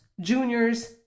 juniors